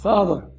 Father